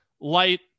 light